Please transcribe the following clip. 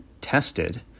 tested